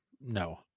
no